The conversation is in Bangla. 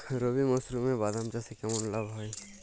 রবি মরশুমে বাদাম চাষে কেমন লাভ হয়?